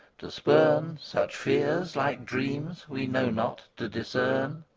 to spurn such fears, like dreams we know not to discern.